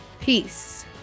Peace